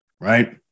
right